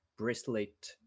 bracelet